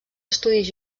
estudis